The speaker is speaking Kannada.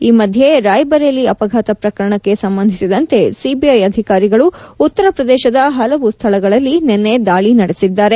ಈ ಮಧ್ಯೆ ರಾಯ್ಬರೇಲಿ ಅಪಘಾತ ಪ್ರಕರಣಕ್ಕೆ ಸಂಬಂಧಿಸಿದಂತೆ ಸಿಬಿಐ ಅಧಿಕಾರಿಗಳು ಉತ್ತರ ಪ್ರದೇಶದ ಹಲವು ಸ್ದಳಗಳಲ್ಲಿ ನಿನ್ನೆ ದಾಳಿ ನಡೆಸಿದ್ದಾರೆ